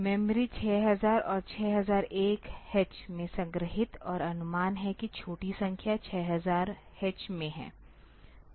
memory 6000 और 6001H में संग्रहीत और अनुमान है कि छोटी संख्या 6000H में है